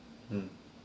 mm